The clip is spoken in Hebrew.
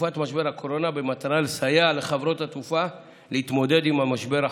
בתקופת משבר הקורונה במטרה לסייע לחברות התעופה להתמודד עם המשבר החמור.